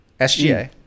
SGA